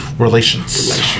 Relations